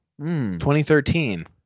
2013